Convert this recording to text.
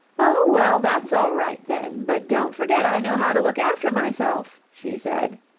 oh, well, that's all right, then. but don't forget i know how to look after myself, she said,